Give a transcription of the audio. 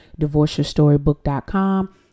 divorceyourstorybook.com